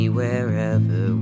wherever